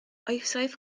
oesoedd